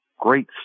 great